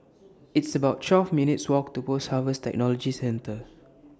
It's about twelve minutes' Walk to Post Harvest Technology Center